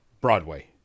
Broadway